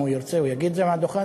אם הוא ירצה הוא יגיד את זה מעל הדוכן,